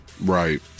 right